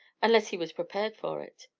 unless he was prepared for it.